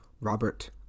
Robert